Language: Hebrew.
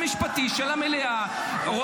מה